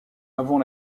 avant